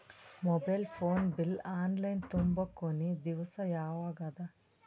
Mobile phone bill online ತುಂಬೊ ಕೊನಿ ದಿವಸ ಯಾವಗದ?